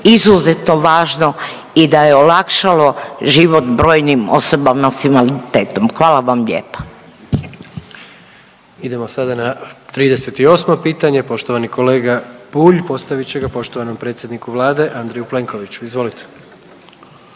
izuzetno važno i da je olakšalo život brojnim osobama s invaliditetom, hvala vam lijepa. **Jandroković, Gordan (HDZ)** Idemo sada na 38. pitanje, poštovani kolega Bulj postavit će ga poštovanom predsjedniku Vlade Andreju Plenkoviću, izvolite.